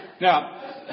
Now